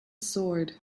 sword